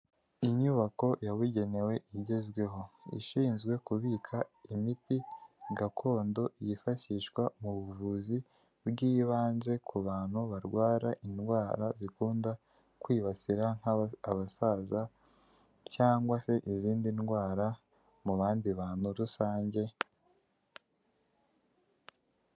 Inyubako yabugenewe igezweho. Ishinzwe kubika imiti gakondo yifashishwa mu buvuzi bw'ibanze ku bantu barwara indwara ikunda kwibasira abasaza, cyangwa se izindi ndwara mu bandi bantu rusange.